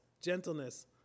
gentleness